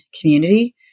community